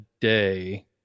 day